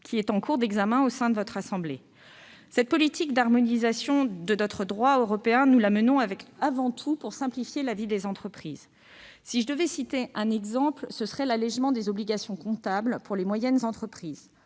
qui est en cours d'examen par votre assemblée. Cette politique d'harmonisation de notre droit au niveau européen, nous la menons avant tout pour simplifier la vie des entreprises. Si je devais citer un exemple, ce serait l'allégement des obligations comptables pour les moyennes entreprises.